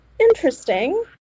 interesting